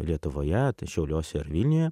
lietuvoje šiauliuose ir vilniuje